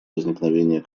возникновения